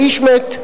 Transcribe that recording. האיש מת,